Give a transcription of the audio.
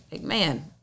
man